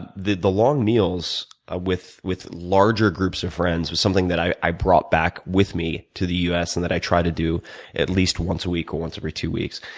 the the long meals ah with with larger groups of friends was something that i i brought back with me to the us, and that i try to do at least once a week or once every two weeks.